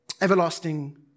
Everlasting